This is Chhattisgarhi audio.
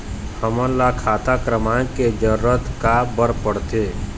हमन ला खाता क्रमांक के जरूरत का बर पड़थे?